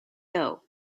doe